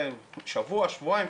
שבוע-שבועיים,